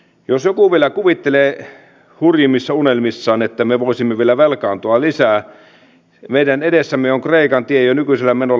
jos joku vielä kuvittelee hurjimmissa unelmissaan että me voisimme vielä velkaantua lisää meidän edessämme on kreikan tie jo nykyisellä menolla